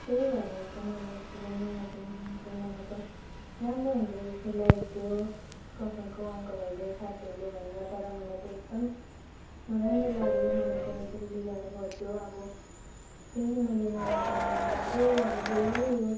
केही भएन त मैले यसरी नयाँ पेन किनेको मलाई त राम्रो हुन्छ जस्तै लागेको थियो पसलको अङ्कलहरूले साथीहरूले भन्दा तर मैलाई त एकदम नराम्रो लाग्यो मलाई त यसरी बिगार गरिदियो अब फेरि मैले नयाँ पेन किनेर फेरि अब डल्लै यो